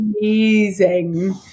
amazing